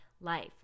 life